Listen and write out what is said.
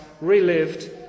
relived